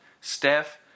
Steph